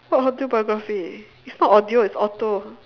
what audio biography it's not audio it's auto